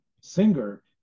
singer